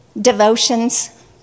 devotions